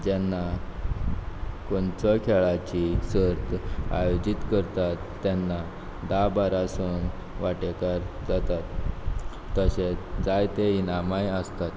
जेन्ना खंयचीय खेळाची सर्त आयोजीत करतात तेन्ना धा बारा सून वांटेकार जातात तशेंत जायते इनामांय आसतात